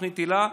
תוכנית היל"ה.